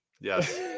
yes